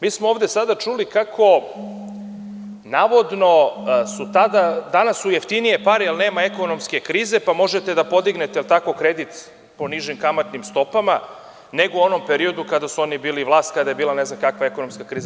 Mi smo ovde sada čuli kako su navodno danas jeftinije pare jer nema ekonomske krize, pa možete da podignete kredit po nižim kamatnim stopama, nego u onom periodu kada su oni bili vlast, kada je bila ne znam kakva ekonomska kriza.